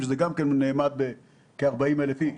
שזה נאמד ב-40,000 איש.